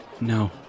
No